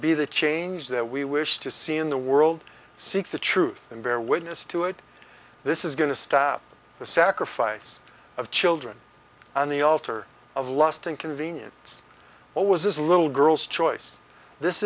be the change that we wish to see in the world seek the truth and bear witness to it this is going to stop the sacrifice of children on the altar of lust and convenience or was this little girl's choice this